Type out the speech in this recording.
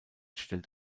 stellt